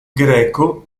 greco